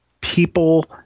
people